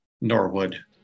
Norwood